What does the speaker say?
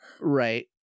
right